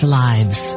lives